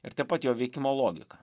ir taip pat jo veikimo logiką